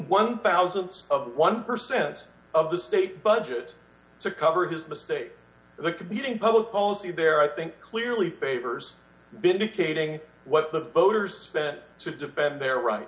one thousand of one percent of the state budget to cover his mistake the commuting public policy there i think clearly favors vindicating what the boaters spent to defend their right